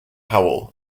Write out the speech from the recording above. howl